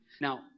Now